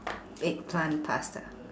baked plant pasta